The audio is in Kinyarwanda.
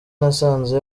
nasanze